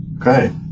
Okay